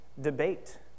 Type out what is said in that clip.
debate